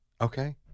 Okay